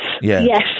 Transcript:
yes